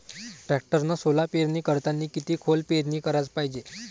टॅक्टरनं सोला पेरनी करतांनी किती खोल पेरनी कराच पायजे?